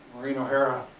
maureen o'hara.